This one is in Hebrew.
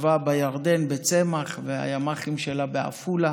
ישבה בירדן בצמח והימ"חים שלה בעפולה,